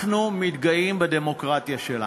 אנחנו מתגאים בדמוקרטיה שלנו.